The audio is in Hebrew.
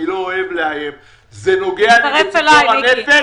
אני לא אוהב לאיים אבל זה נוגע לציפור הנפש.